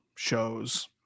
shows